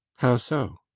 how so?